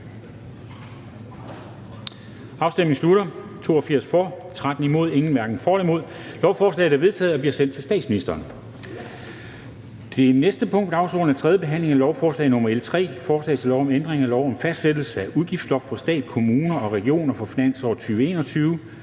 Susanne Zimmer (UFG)), hverken for eller imod stemte 0. Lovforslaget er vedtaget og bliver sendt til statsministeren. --- Det næste punkt på dagsordenen er: 5) 3. behandling af lovforslag nr. L 3: Forslag til lov om ændring af lov om fastsættelse af udgiftslofter for stat, kommuner og regioner for finansåret 2021,